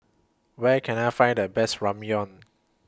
Where Can I Find The Best Ramyeon